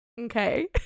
okay